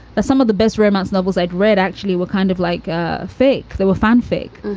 that some of the best romance novels i'd read actually were kind of like ah fake. they were fanfic